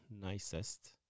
nicest